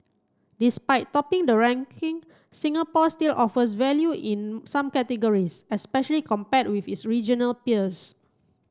despite topping the ranking Singapore still offers value in some categories especially compared with its regional peers